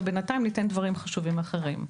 ובינתיים ניתן דברים חשובים אחרים.